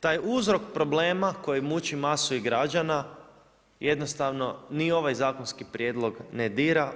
Taj uzrok problem koji muči masu građana jednostavno ni ovaj zakonski prijedlog ne dira.